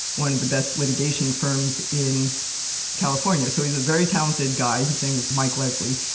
one of the best litigation firms in california, so he's a very talented guy. his name is mike leslie.